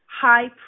high